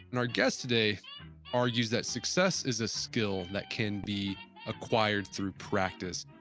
and our guest today argues that success is ah skill that can be acquired through practice.